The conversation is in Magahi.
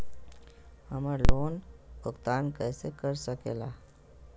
हम्मर लोन भुगतान कैसे कर सके ला?